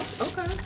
Okay